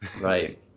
Right